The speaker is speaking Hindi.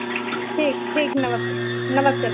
ठीक ठीक नमस्ते नमस्ते